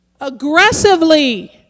Aggressively